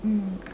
mm